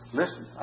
listen